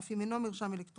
אף אם אינו מרשם אלקטרוני,